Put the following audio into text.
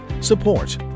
Support